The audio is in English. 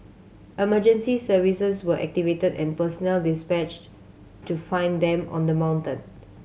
emergency services were activated and personnel dispatched to find them on the mountain